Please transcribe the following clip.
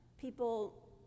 people